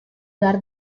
behar